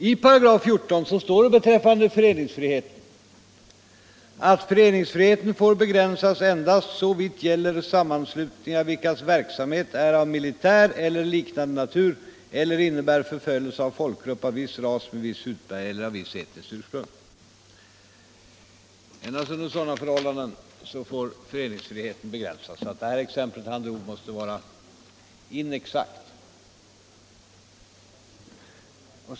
I 14§ står det beträffande föreningsfriheten: ”Föreningsfriheten får begränsas endast såvitt gäller sammanslutningar vilkas verksamhet är av militär eller liknande natur eller innebär förföljelse av folkgrupp av viss ras, med viss hudfärg eller av visst etniskt ursprung.” Endast under sådana förhållanden får föreningsfriheten begränsas. Det exempel herr Ahlmark anförde måste vara inexakt.